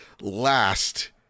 last